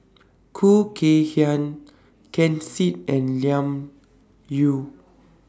Khoo Kay Hian Ken Seet and Lim Yau